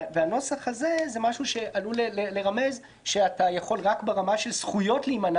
הנוסח הזה עלול לרמז שאפשר להימנע מהאפליה הזאת רק ברמה של זכויות,